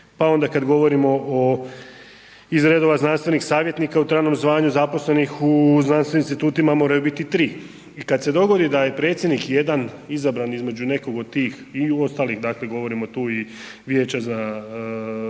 pa onda kad govorimo iz redova znanstvenih savjetnika u trajnom zvanju zaposlenih u znanstvenih institutima moraju biti 3 i kad se dogodi da je predsjednik jedan izabran između nekog od tih i u ostalih dakle govorimo tu i vijeća za